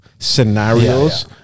scenarios